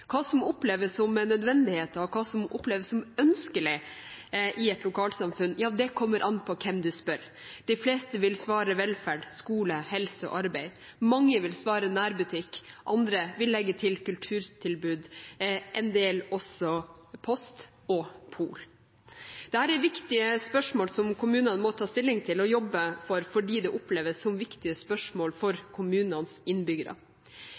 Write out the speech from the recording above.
Hva som oppleves som nødvendig, og hva som oppleves som ønskelig i et lokalsamfunn, kommer an på hvem du spør. De fleste vil svare velferd, skole, helse og arbeid. Mange vil svare nærbutikk, andre vil legge til kulturtilbud, en del også post og pol. Dette er viktige spørsmål som kommunene må ta stilling til og jobbe for, fordi det oppleves som viktige spørsmål for kommunenes innbyggere.